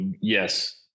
yes